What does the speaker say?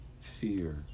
fear